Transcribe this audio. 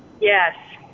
Yes